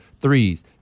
threes